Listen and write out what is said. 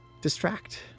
distract